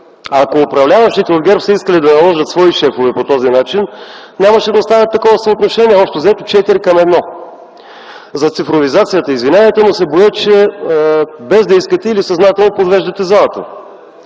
Ако управляващите от ГЕРБ са искали да наложат свои шефове по този начин, нямаше да оставят такова съотношение 4:1. За цифровизацията. Извинявайте, но се боя, че без да искате или съзнателно подвеждате залата.